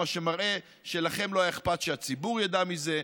מה שמראה שלכם לא היה אכפת שהציבור ידע מזה,